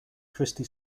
christy